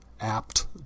apt